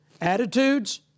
attitudes